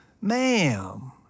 Ma'am